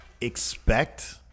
expect